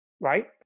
right